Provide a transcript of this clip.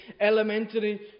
elementary